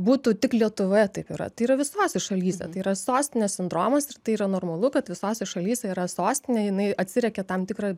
būtų tik lietuvoje taip yra tai yra visose šalyse tai yra sostinės sindromas tai yra normalu kad visose šalyse yra sostinė jinai atsiriekia tam tikrą